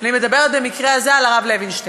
אני מדברת במקרה הזה על הרב לוינשטיין,